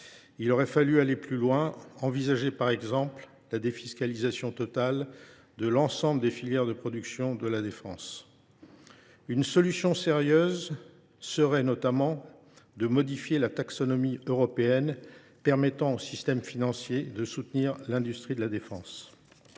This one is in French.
Il aurait fallu aller plus loin, en envisageant par exemple la défiscalisation totale de l’ensemble des filières de production de la défense. Une solution sérieuse consisterait notamment à modifier la taxonomie européenne afin de permettre au système financier de soutenir l’industrie de la défense.